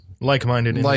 like-minded